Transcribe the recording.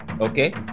Okay